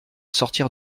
sortir